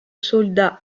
soldat